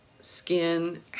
skin